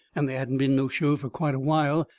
and they hadn't been no show fur quite a while,